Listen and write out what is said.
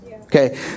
Okay